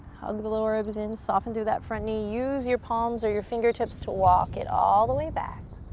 hug the lower ribs in. soften through that front knee. use your palms or your fingertips to walk it all the way back.